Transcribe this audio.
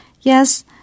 Yes